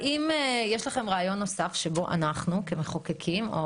האם יש לכם רעיון נוסף שבו אנחנו כמחוקקים או